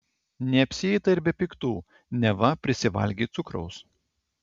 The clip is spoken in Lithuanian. neapsieita ir be piktų neva prisivalgei cukraus